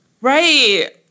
Right